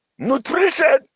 nutrition